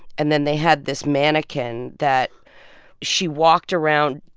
and then they had this mannequin that she walked around.